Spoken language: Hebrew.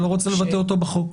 ואתה לא רוצה לבטא אותו בחוק.